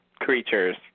creatures